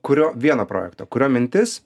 kurio vieno projekto kurio mintis